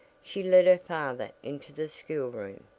she led her father into the school room.